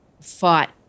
fought